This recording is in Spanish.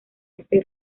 este